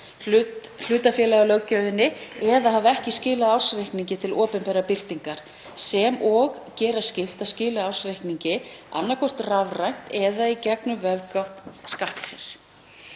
hlutafélagalöggjöfinni eða hafa ekki skilað ársreikningi til opinberrar birtingar sem og gera skylt að skila ársreikningi annaðhvort rafrænt eða í gegnum vefgátt Skattsins.